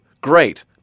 great